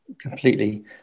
Completely